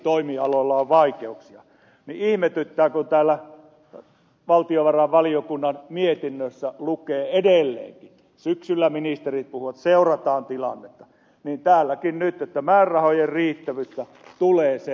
ihmetyttää kun täällä valtiovarainvaliokunnan mietinnössä edelleenkin syksyllä ministerit puhuivat seurataan tilannetta vaaditaan nyt että määrärahojen riittävyyttä tulee seurata